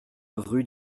rue